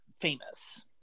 famous